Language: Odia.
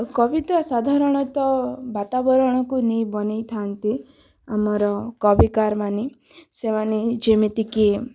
କବିତା ସାଧାରଣତଃ ବାତାବରଣକୁ ନେଇ ବନେଇଥାନ୍ତି ଆମର କବିକାର ମାନେ ସେମାନେ ଯେମିତି କି